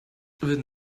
würden